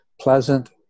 pleasant